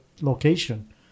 location